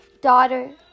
Daughter